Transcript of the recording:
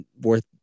worth